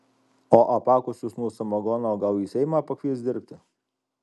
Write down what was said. o apakusius nuo samagono gal į seimą pakvies dirbti